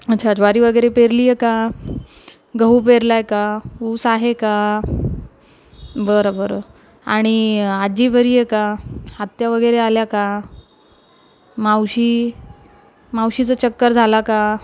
अच्छा ज्वारी वगैरे पेरली आहे का गहू पेरला आहे का ऊस आहे का बरं बरं आणि आजी बरी आहे का आत्या वगैरे आल्या का मावशी मावशीचं चक्कर झाला का